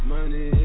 Money